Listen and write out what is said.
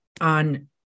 on